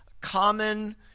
common